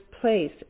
place